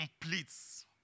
completes